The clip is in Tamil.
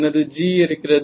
எனது G இருக்கிறது